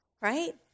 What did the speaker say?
right